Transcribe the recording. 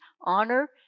honor